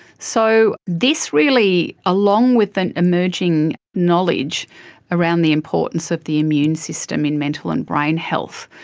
so this really, along with the emerging knowledge around the importance of the immune system in mental and brain health,